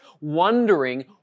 wondering